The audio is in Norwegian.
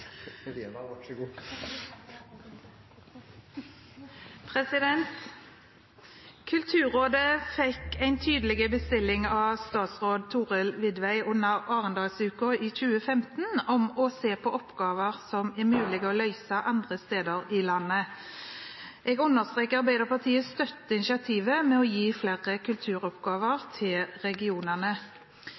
bestilling av statsråd Thorhild Widvey under Arendalsuka 2015 om å se på oppgaver som er mulig å løse andre steder i landet. Arbeiderpartiet støtter initiativet med å gi flere kulturoppgaver til